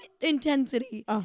intensity